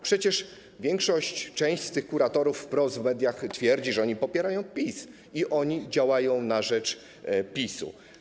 Przecież większość, część z tych kuratorów w mediach wprost twierdzi, że oni popierają PiS i oni działają na rzecz PiS-u.